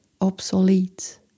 obsolete